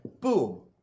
Boom